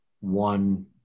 one